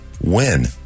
win